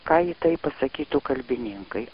ką į tai pasakytų kalbininkai